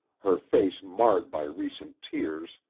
her face marred by recent tears,